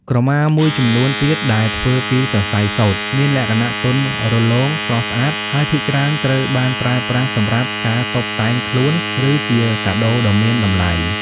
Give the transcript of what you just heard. ក្រមាមួយចំនួនទៀតដែលធ្វើពី សរសៃសូត្រ មានលក្ខណៈទន់រលោង ស្រស់ស្អាត ហើយភាគច្រើនត្រូវបានប្រើប្រាស់សម្រាប់ការតុបតែងខ្លួន ឬជាកាដូដ៏មានតម្លៃ។